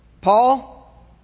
Paul